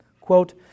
Quote